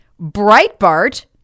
Breitbart